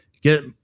Get